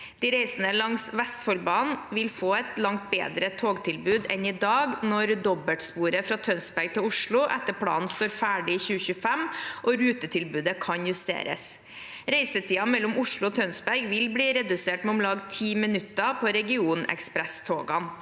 De reisende langs Vestfoldbanen vil få et langt bedre togtilbud enn i dag når dobbeltsporet fra Tønsberg til Oslo etter planen står ferdig i 2025 og rutetilbudet kan justeres. Reisetiden mellom Oslo og Tønsberg vil bli redusert med om lag ti minutter på regionekspresstogene.